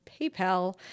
PayPal